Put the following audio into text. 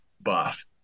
buff